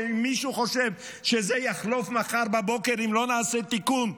ואם מישהו חושב שזה יחלוף מחר בבוקר אם לא נעשה תיקון,